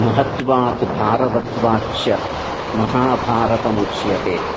महत्वात् भारवत्वात् च महाभारतमुच्यते